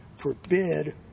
Forbid